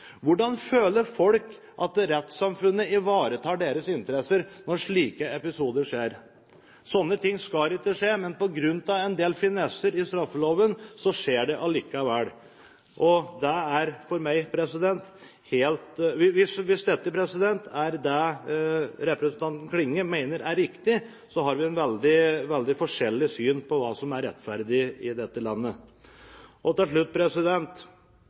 Hvordan føler folk at rettssamfunnet ivaretar deres interesser når slike episoder skjer? Sånne ting skal ikke skje, men på grunn av en del finesser i straffeloven, skjer det allikevel. Hvis dette er det representanten Klinge mener er riktig, har vi et veldig forskjellig syn på hva som er rettferdig i dette landet. Til slutt: